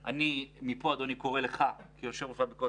ולכן אני מייחס אותו לדיון פה כי יש עוד דברים שאפשר לדבר עליהם,